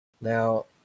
Now